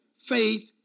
faith